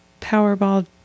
powerball